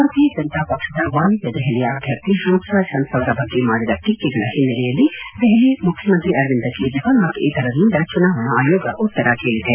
ಭಾರತೀಯ ಜನತಾ ಪಕ್ಷದ ವಾಯುವ್ಲ ದೆಹಲಿಯ ಅಭ್ಯರ್ಥಿ ಹನ್ಸ್ರಾಜ್ ಹನ್ಸ್ ಅವರ ಬಗ್ಗೆ ಮಾಡಿದ ಟೀಕೆಗಳ ಹಿನ್ನೆಲೆಯಲ್ಲಿ ದೆಹಲಿ ಮುಖ್ಯಮಂತ್ರಿ ಅರವಿಂದ ಕೇಜ್ರವಾಲ್ ಮತ್ತು ಇತರರಿಂದ ಚುನಾವಣಾ ಆಯೋಗ ಉತ್ತರ ಕೇಳಿದೆ